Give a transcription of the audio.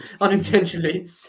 unintentionally